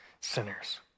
sinners